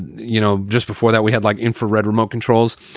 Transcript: you know, just before that we had like infrared remote controls,